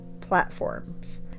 platforms